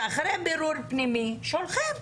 שאחרי בירור פנימי שולחים: